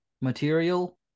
material